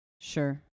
Sure